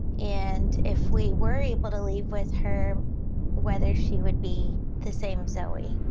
and if we were able to leave with her whether she would be the same zoe.